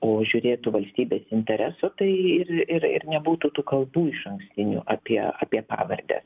o žiūrėtų valstybės interesų tai ir ir ir nebūtų tų kaltų išankstinių apie apie pavardes